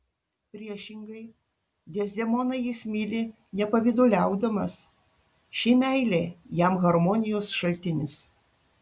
priešingai dezdemoną jis myli nepavyduliaudamas ši meilė jam harmonijos šaltinis